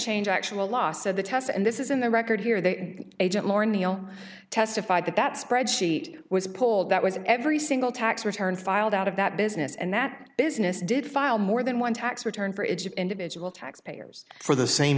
change actual loss of the test and this is in the record here they agent lorgnon testified that that spreadsheet was pulled that was every single tax return filed out of that business and that business did file more than one tax return for it to individual taxpayers for the same